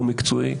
לא מקצועי,